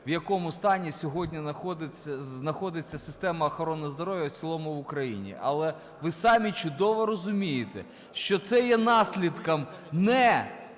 в якому стані сьогодні знаходиться система охорони здоров'я в цілому в Україні. Але ви самі чудово розумієте, що це є наслідком не